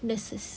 nurses